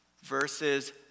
verses